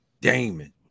Damon